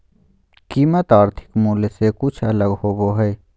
कीमत आर्थिक मूल से कुछ अलग होबो हइ